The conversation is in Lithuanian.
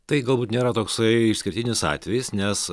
tai galbūt nėra toksai išskirtinis atvejis nes